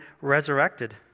resurrected